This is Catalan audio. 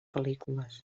pel·lícules